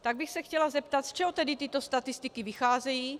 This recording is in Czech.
Tak bych se chtěla zeptat, z čeho tedy tyto statistiky vycházejí.